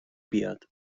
بیاد